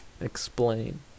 Explain